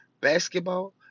basketball